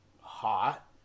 Hot